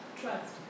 Trust